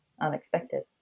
unexpected